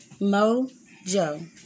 Mojo